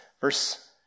Verse